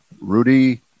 Rudy